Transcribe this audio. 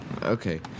Okay